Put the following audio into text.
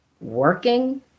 working